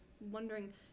wondering